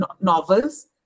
novels